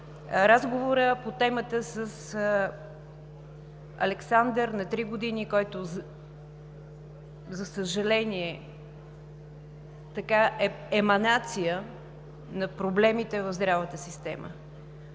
разговора по темата с Александър, на три години, който, за съжаление, е еманация на проблемите в здравната система.